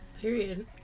Period